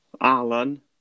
Alan